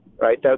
right